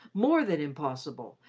more than impossible,